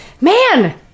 man